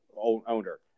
owner